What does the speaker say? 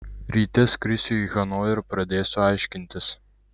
ryte skrisiu į hanojų ir pradėsiu aiškintis